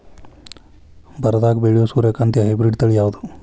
ಬರದಾಗ ಬೆಳೆಯೋ ಸೂರ್ಯಕಾಂತಿ ಹೈಬ್ರಿಡ್ ತಳಿ ಯಾವುದು?